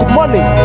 money